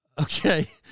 Okay